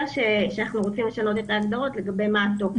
שאנחנו רוצים לשנות את ההגדרות לגבי מה התוקף,